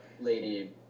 lady